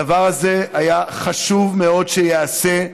הדבר הזה, היה חשוב מאוד שייעשה.